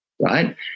right